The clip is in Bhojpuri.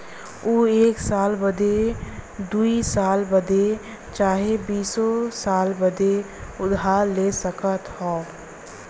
ऊ एक साल बदे, दुइ साल बदे चाहे बीसो साल बदे उधार ले सकत हौ